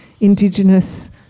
indigenous